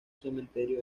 cementerio